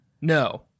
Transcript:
No